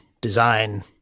design